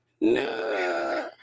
No